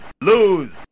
lose